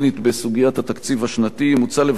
מוצע לבטל את ההוראות המיוחדות בעניין זה,